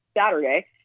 saturday